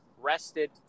rested